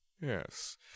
Yes